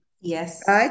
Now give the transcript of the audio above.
Yes